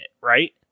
Right